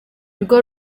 rwo